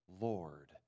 Lord